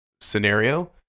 scenario